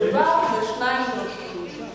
מדובר בשניים נוספים,